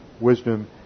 wisdom